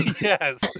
Yes